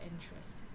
interest